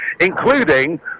including